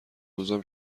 روزم